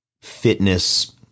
fitness